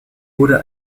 wurde